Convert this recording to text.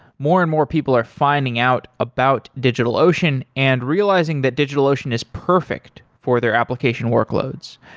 more and more people are finding out about digitalocean and realizing that digitalocean is perfect for their application workloads.